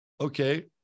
Okay